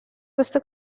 questa